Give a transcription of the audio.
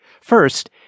First